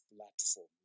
platform